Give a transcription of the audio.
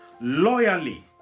loyally